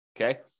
okay